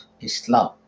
Islam